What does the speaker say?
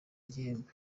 igihembo